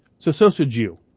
so so should you.